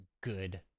good